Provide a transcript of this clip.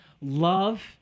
love